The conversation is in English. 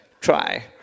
Try